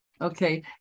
Okay